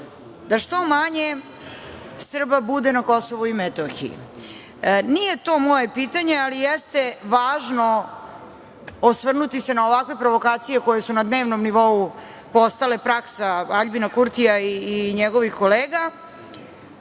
da što manje Srba bude na Kosovu i Metohiji. Nije to moje pitanje, ali jeste važno osvrnuti se na ovakve provokacije koje su na dnevnom nivou postala praksa Aljbina Kurtija i njegovih kolega,